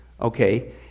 Okay